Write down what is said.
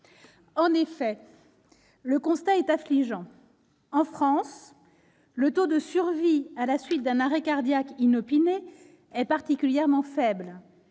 En effet, le constat est affligeant. En France, le taux de survie à la suite d'un arrêt cardiaque inopiné est particulièrement faible